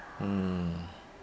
mm